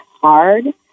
hard